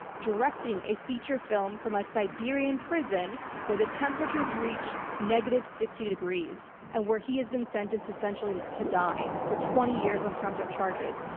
directing a feature film, from a siberian prison where the temperatures reach negative sixty degrees, and where he has been sentenced, essentially, to to die, for twenty years on trumped up charges.